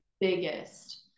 biggest